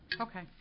Okay